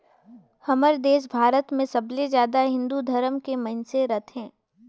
हमर देस भारत मे सबले जादा हिन्दू धरम के मइनसे रथें